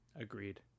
Agreed